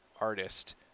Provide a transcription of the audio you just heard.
artist